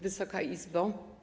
Wysoka Izbo!